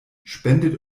spendet